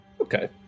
Okay